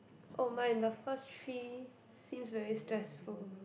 oh mine the first three seems very stressful